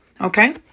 Okay